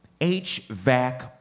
HVAC